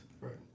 Right